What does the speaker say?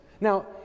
Now